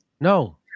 No